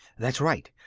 that's right.